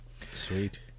Sweet